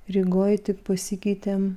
rygoj tik pasikeitėm